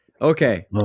Okay